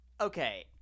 okay